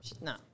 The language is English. No